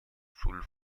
sul